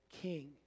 king